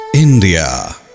India